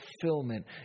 fulfillment